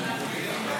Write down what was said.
חילי טרופר,